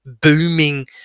booming